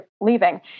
leaving